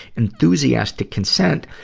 enthusiastic consent,